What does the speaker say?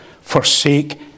forsake